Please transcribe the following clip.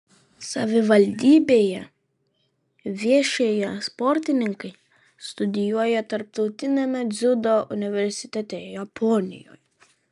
savivaldybėje viešėję sportininkai studijuoja tarptautiniame dziudo universitete japonijoje